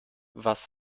was